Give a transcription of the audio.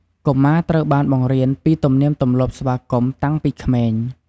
កុមារត្រូវបានបង្រៀនពី ទំនៀមទម្លាប់ស្វាគមន៍ តាំងពីក្មេង។